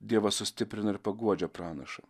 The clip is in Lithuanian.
dievas sustiprina ir paguodžia pranašą